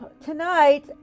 tonight